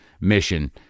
mission